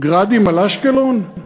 "גראדים" על אשקלון?